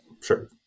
sure